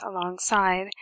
alongside